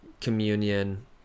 communion